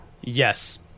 Yes